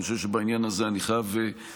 אני חושב שבעניין הזה אני חייב לומר